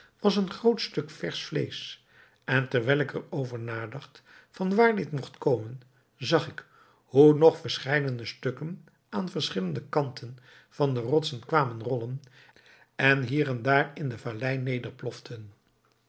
was een groot stuk versch vleesch en terwijl ik er over nadacht van waar dit mogt komen zag ik hoe nog verscheidene stukken aan verschillende kanten van de rotsen kwamen rollen en hier en daar in de vallei nederploften